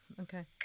okay